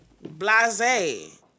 Blase